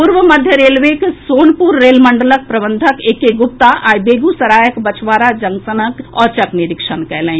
पूर्व मध्य रेलवेक सोनपुर रेलमंडलक प्रबंधक ए के ग्रुप्ता आइ बेग्सरायक बछवाड़ा जंक्शनक औचक निरीक्षण कयलनि